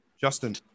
Justin